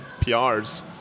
PRs